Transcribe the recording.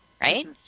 Right